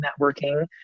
networking